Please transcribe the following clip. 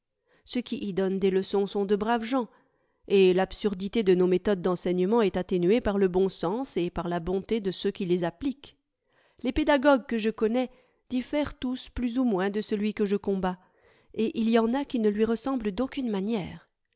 est atténuée par le bon sens et par la bonté de ceux qui les appliquent les pédagogues que je connais diffèrent tous plus ou moins de celui que je combats et il y en a qui ne lui ressemblent d'aucune manière